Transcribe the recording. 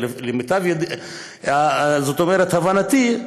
למיטב הבנתי,